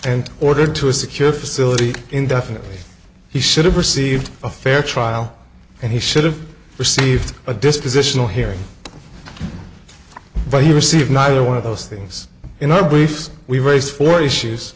and ordered to a secure facility indefinitely he should have received a fair trial and he should have received a dispositional hearing but he received neither one of those things in our briefs we raise four issues